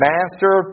Master